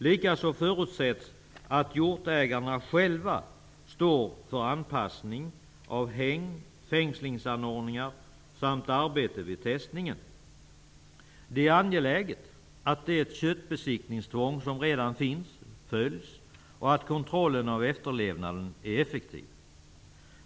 Likaså förutsätts att hjortägarna själva står för anpassning av hägn, fängslingsanordningar samt arbete vid testningen. Det är angeläget att det köttbesiktningstvång som redan finns följs och att kontrollen av efterlevnaden är effektiv.